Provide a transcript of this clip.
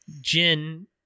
Jin